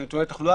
תחלואה.